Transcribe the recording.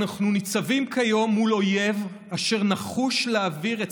אנחנו ניצבים כיום מול אויב אשר נחוש להעביר את